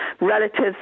relatives